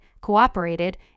cooperated